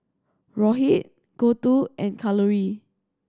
Rohit Gouthu and Kalluri